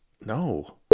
No